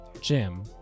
Jim